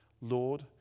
Lord